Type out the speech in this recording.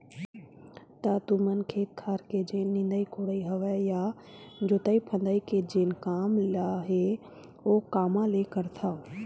त तुमन खेत खार के जेन निंदई कोड़ई हवय या जोतई फंदई के जेन काम ल हे ओ कामा ले करथव?